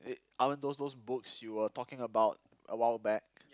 uh I mean those those books you were talking about a while back